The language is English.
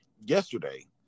yesterday